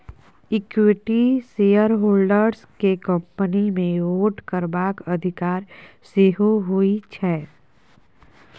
equity shareholders केँ company मे vote करबाक अधिकार सेहो होइ छै